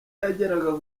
yageraga